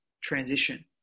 transition